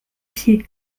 pieds